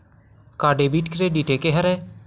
का debit credit एके हरय?